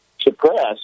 suppressed